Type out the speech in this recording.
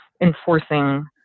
enforcing